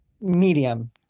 Medium